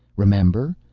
remember?